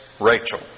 Rachel